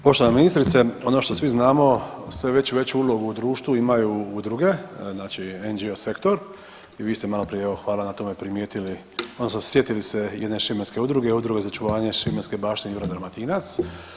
Poštovana ministrice, ono što svi znamo sve veću i veću ulogu u društvu imaju udruge, znači … sektor i vi ste maloprije evo hvala na tome primijetili odnosno sjetili se jedne šibenske udruge, Udruge za očuvanje šibenske baštine Juraj Dalmatinac.